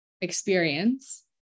experience